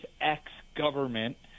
ex-government